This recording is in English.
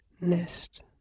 nest